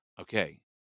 Okay